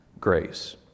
grace